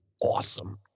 awesome